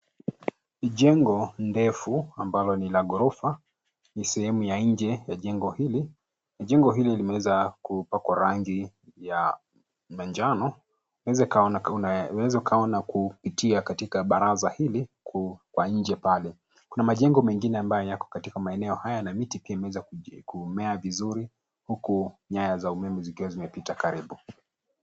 Jengo ndefu ambalo ni la ghorofa. Ni sehemu ya nje ya jengo hili. Jengo hili limeweza kupakwa rangi ya manjano. Unaweza ukaiona kupitia katika baraza hili kwa nje pale. Kuna majengo mengine ambayo yako katika maeneo haya na miti pia imeweza kumea vizuri huku nyaya za umeme zikiwa zinapita karibu.